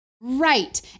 Right